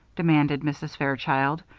demanded mrs. fairchild.